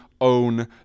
own